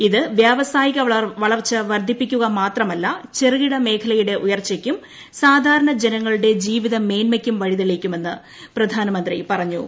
ഇത് വ്യാവസായിക വളർച്ച വർദ്ധിപ്പിക്കുക മാത്രമല്ല ചെറുകിട മേഖലയുടെ ഉയർച്ചയ്ക്കും സാധാരണ ജനങ്ങളുടെ ജീവിത മേന്മയ്ക്കും വഴിതെളിയിക്കുമെന്ന് പ്രധാനമന്ത്രി പറഞ്ഞു